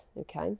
okay